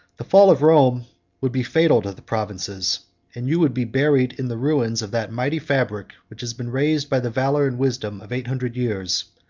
the fall of rome would be fatal to the provinces and you would be buried in the ruins of that mighty fabric, which has been raised by the valor and wisdom of eight hundred years.